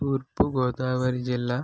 తూర్పు గోదావరి జిల్లా